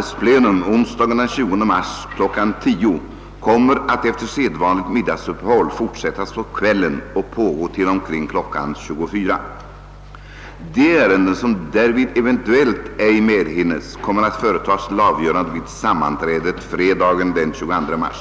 10.00 kommer att efter sedvanligt middagsuppehåll fortsättas på kvällen och pågå till omkring kl. 24.00. De ärenden som därvid eventuellt ej medhinnes kommer att företagas till avgörande vid sammanträdet fredagen den 22 mars.